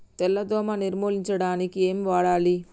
తెల్ల దోమ నిర్ములించడానికి ఏం వాడాలి?